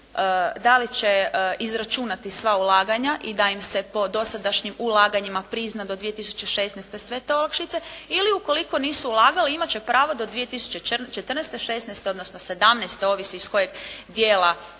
da li će izračunati sva ulaganja i da im se po dosadašnjim ulaganjima prizna do 2016. sve te olakšice ili ukoliko nisu ulagali imat će pravo do 2014., 2016. odnosno 2017. ovisi iz kojeg dijela